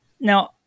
Now